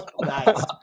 Nice